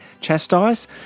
chastise